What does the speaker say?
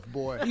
boy